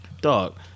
Dog